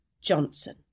Johnson